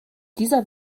dieser